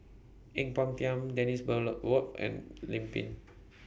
Ang Peng Tiam Dennis Bloodworth and Lim Pin